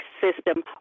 system